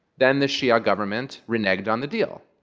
then the shia government reneged on the deal.